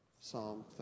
Psalm